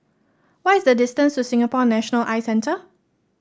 what is the distance to Singapore National Eye Centre